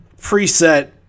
preset